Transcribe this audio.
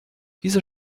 diese